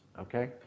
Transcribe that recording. okay